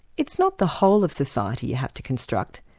it's not the whole of society you have to construct,